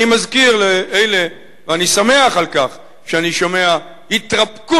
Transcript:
אני מזכיר לאלה, ואני שמח על כך שאני שומע התרפקות